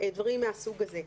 דברים מהסוג הזה.